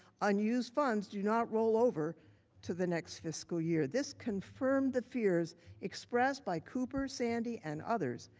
unused funds do not roll over to the next fiscal year. this confirms the fears expressed by cooper sandy and others.